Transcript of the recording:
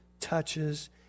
touches